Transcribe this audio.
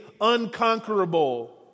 unconquerable